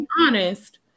honest